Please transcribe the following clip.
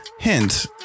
Hint